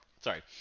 Sorry